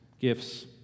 gifts